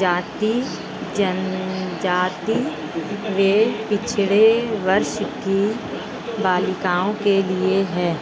जाति, जनजाति व पिछड़े वर्ग की बालिकाओं के लिए है